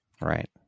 Right